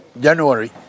January